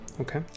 Okay